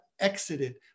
exited